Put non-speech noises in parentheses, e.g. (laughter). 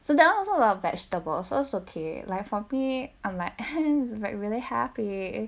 so that [one] also a lot vegetables so is okay like for me (noise) I'm like like really happy